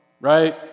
right